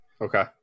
Okay